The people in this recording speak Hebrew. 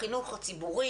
על החינוך הציבורי,